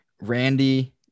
Randy